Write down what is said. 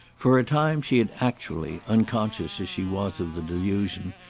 for a time she had actually, unconscious as she was of the delusion,